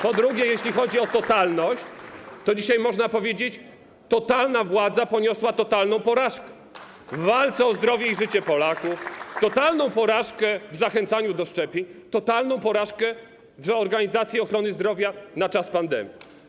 Po drugie, jeśli chodzi o totalność, to dzisiaj można powiedzieć, że totalna władza poniosła totalną porażkę w walce o zdrowie i życie Polaków, totalną porażkę w zachęcaniu do szczepień, totalną porażkę w organizacji ochrony zdrowia w czasie pandemii.